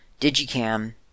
Digicam